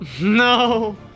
No